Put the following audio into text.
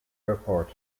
airport